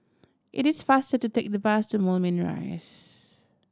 it is faster to take the bus to Moulmein Rise